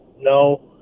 No